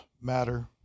matter